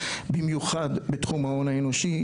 במיוחד בתחום ההון האנושי,